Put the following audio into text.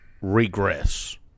regress